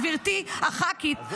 גברתי הח"כית,